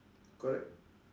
correct